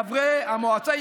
חברי המועצה,